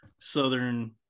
southern